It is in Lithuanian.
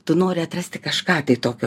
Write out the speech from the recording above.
tu nori atrasti kažką tai tokio